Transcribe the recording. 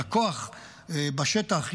לכוח בשטח,